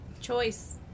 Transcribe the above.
choice